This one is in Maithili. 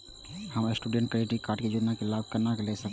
हम स्टूडेंट क्रेडिट कार्ड के योजना के लाभ केना लय सकब?